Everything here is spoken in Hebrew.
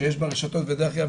שיש ברשתות ודרך אגב,